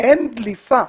אין דליפה,